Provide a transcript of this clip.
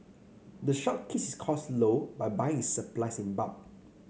the shop keep its costs low by buying its supplies in bulk